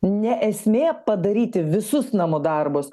ne esmė padaryti visus namų darbus